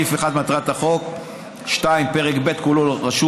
סעיף 1 (מטרת החוק); 2. פרק ב' כולו (רשות